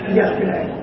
yesterday